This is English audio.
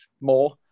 more